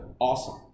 Awesome